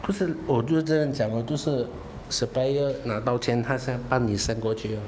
就是我就是这样讲咯就是 supplier 拿到钱他先帮你 send 过去咯